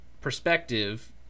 perspective